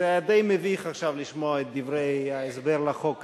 שהיה די מביך עכשיו לשמוע את דברי ההסבר לחוק הזה.